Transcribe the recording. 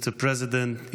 Mr. President,